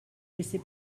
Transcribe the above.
laissez